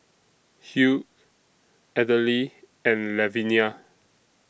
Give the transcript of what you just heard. Hugh Adele and Lavinia